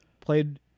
Played